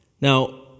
Now